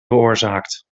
veroorzaakt